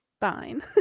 Fine